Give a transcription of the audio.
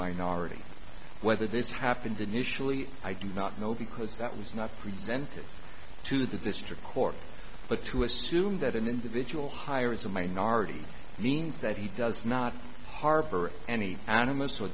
minority whether this happened initially i do not know because that was not presented to the district court but to assume that an individual hires a minority means that he does not harbor any anim